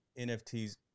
NFTs